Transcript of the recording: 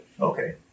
Okay